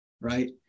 right